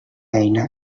eina